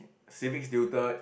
civics tutor